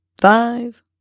five